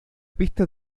pista